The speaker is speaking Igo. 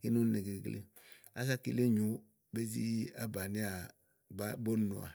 Kíni úni ne gegle ása kile nyo be zi abánià, babonòà.